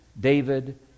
David